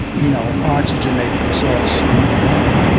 you know, oxygenate themselves on their own,